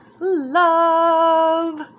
Love